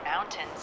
mountains